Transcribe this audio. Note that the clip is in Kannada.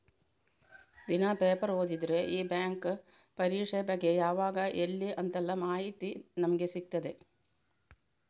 ದಿನಾ ಪೇಪರ್ ಓದಿದ್ರೆ ಈ ಬ್ಯಾಂಕ್ ಪರೀಕ್ಷೆ ಬಗ್ಗೆ ಯಾವಾಗ ಎಲ್ಲಿ ಅಂತೆಲ್ಲ ಮಾಹಿತಿ ನಮ್ಗೆ ಸಿಗ್ತದೆ